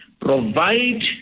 provide